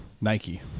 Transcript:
Nike